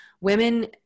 women